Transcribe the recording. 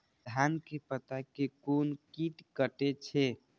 धान के पत्ता के कोन कीट कटे छे?